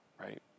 Right